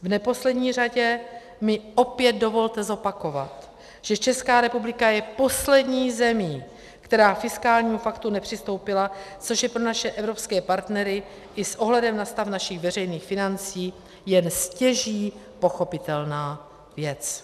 V neposlední řadě mi opět dovolte zopakovat, že Česká republika je poslední zemí, která k fiskálnímu paktu nepřistoupila, což je pro naše evropské partnery i s ohledem na stav našich veřejných financí jen stěží pochopitelná věc.